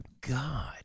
God